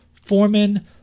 Foreman